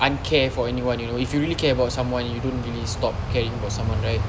uncare for anyone you know if you really care about someone you don't really stop caring for someone right